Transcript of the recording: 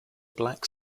black